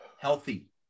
healthy